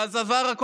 ואז זה עבר,